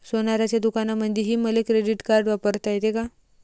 सोनाराच्या दुकानामंधीही मले क्रेडिट कार्ड वापरता येते का?